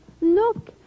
Look